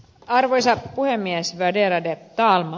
arvoisa puhemies värderade talman